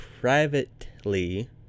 privately